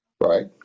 Right